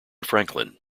franklin